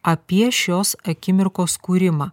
apie šios akimirkos kūrimą